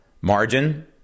margin